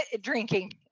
drinking